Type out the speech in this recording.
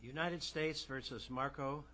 united states versus mar